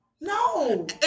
No